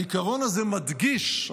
העיקרון הזה מדגיש,